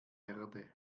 erde